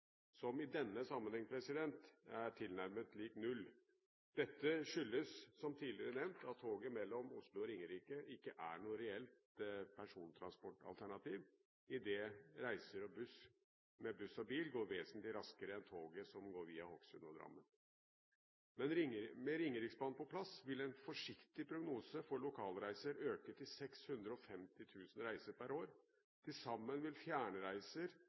som i denne sammenheng er tilnærmet lik null. Dette skyldes, som tidligere nevnt, at toget mellom Oslo og Ringerike ikke er noe reelt persontransportalternativ, idet reiser med buss og bil går vesentlig raskere enn toget, som går via Hokksund og Drammen. Med Ringeriksbanen på plass vil en forsiktig prognose for lokalreiser øke til 650 000 reiser per år. Til sammen vil